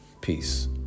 Peace